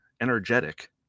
energetic